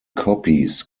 copies